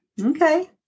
Okay